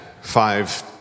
five